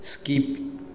skip